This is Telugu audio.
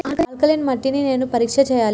ఆల్కలీన్ మట్టి ని నేను ఎలా పరీక్ష చేయాలి?